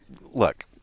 look